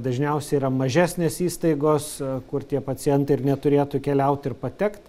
dažniausiai yra mažesnės įstaigos kur tie pacientai ir neturėtų keliaut ir patekt